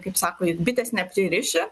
kaip sako it bitės nepririši